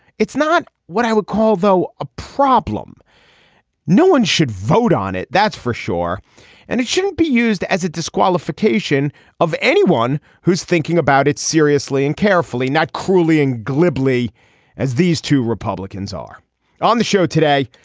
it's not what i would call though a problem no one should vote on it. that's for sure and it shouldn't be used as a disqualification of anyone who's thinking about it seriously and carefully not cruelly and glibly as these two republicans are on the show today.